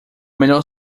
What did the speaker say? melhor